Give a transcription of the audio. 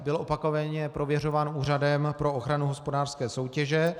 Byl opakovaně prověřován Úřadem pro ochranu hospodářské soutěže.